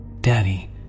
Daddy